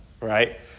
right